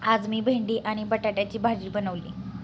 आज मी भेंडी आणि बटाट्याची भाजी बनवली